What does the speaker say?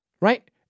Right